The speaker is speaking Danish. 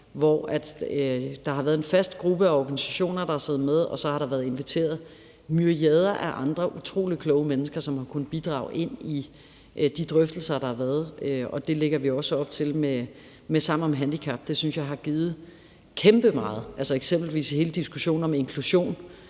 hvor der har været en fast gruppe af organisationer, der har siddet med, og så har der været inviteret myriader af andre utrolig kloge mennesker, som har kunnet bidrage i de drøftelser, der har været. Det lægger vi også op til med Sammen om handicap. Det synes jeg har givet kæmpemeget, eksempelvis i hele diskussionen om inklusion.